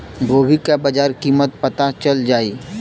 गोभी का बाजार कीमत पता चल जाई?